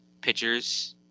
pitchers